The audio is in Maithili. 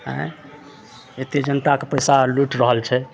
आँइ एते जनताके पैसा लूटि रहल छै